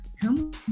Come